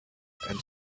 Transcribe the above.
and